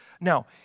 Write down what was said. Now